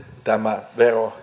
tämä vero